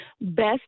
best